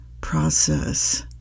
process